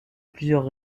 plusieurs